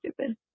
stupid